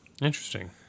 Interesting